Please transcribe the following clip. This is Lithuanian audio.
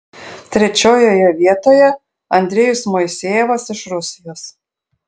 trečiojoje vietoje andrejus moisejevas iš rusijos